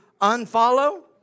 unfollow